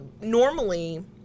normally